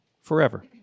forever